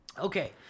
Okay